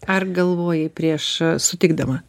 ar galvojai prieš sutikdama